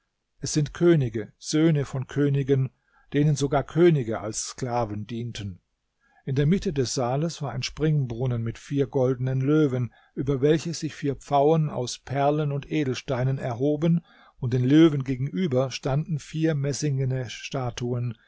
es sind könige söhne von königen denen sogar könige als sklaven dienten in der mitte des saales war ein springbrunnen mit vier goldenen löwen über welche sich vier pfauen aus perlen und edelsteinen erhoben und den löwen gegenüber standen vier messingene statuen